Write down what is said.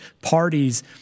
parties